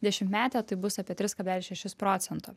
dešimtmetė tai bus apie tris kablelis šešis procento